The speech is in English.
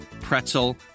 pretzel